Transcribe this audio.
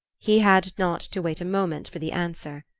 he had not to wait a moment for the answer.